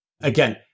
again